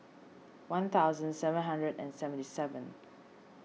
one thousand seven hundred and seventy seven